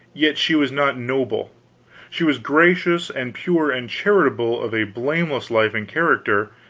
yet she was not noble she was gracious and pure and charitable, of a blameless life and character,